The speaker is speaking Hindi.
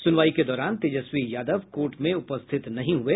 सुनवाई के दौरान तेजस्वी यादव कोर्ट में उपस्थित नहीं हुए